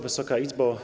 Wysoka Izbo!